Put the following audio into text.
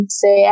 say